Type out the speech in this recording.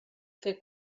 fer